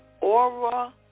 aura